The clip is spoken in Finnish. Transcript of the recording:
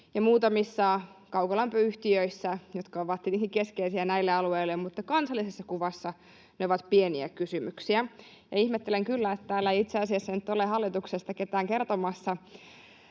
muutamissa kaukolämpöyhtiöissä, jotka ovat tietenkin keskeisiä näille alueille, vaikka kansallisessa kuvassa ne ovat pieniä kysymyksiä. Ihmettelen kyllä, täällä ei itse asiassa nyt ole hallituksesta ketään kertomassa,